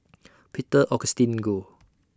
Peter Augustine Goh